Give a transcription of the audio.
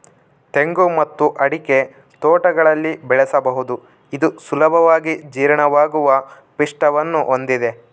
ತೆಂಗು ಮತ್ತು ಅಡಿಕೆ ತೋಟಗಳಲ್ಲಿ ಬೆಳೆಸಬಹುದು ಇದು ಸುಲಭವಾಗಿ ಜೀರ್ಣವಾಗುವ ಪಿಷ್ಟವನ್ನು ಹೊಂದಿದೆ